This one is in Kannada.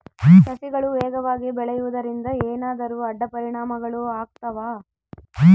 ಸಸಿಗಳು ವೇಗವಾಗಿ ಬೆಳೆಯುವದರಿಂದ ಏನಾದರೂ ಅಡ್ಡ ಪರಿಣಾಮಗಳು ಆಗ್ತವಾ?